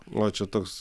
va čia toks